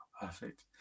Perfect